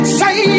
say